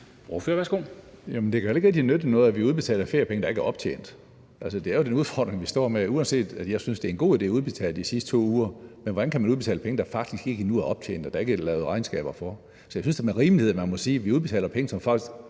rigtig nytte noget, at vi udbetaler feriepenge, der ikke er optjent. Altså, det er jo den udfordring, vi står med, uanset at jeg synes, det er en god idé at udbetale de sidste 2 uger. Hvordan kan man udbetale penge, der faktisk endnu ikke er optjent og lavet regnskaber for? Så jeg synes da med rimelighed, at man må sige, at vi udbetaler penge, som folk